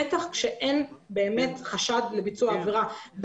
בטח כשאין באמת חשד לביצוע עבירה.